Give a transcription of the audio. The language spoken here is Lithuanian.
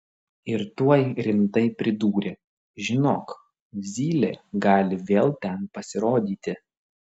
ir tuoj rimtai pridūrė žinok zylė gali vėl ten pasirodyti